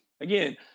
Again